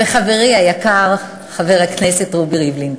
וחברי היקר חבר הכנסת רובי ריבלין,